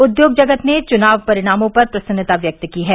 उद्योग जगत ने चुनाव परिणामों पर प्रसन्नता व्यक्त की है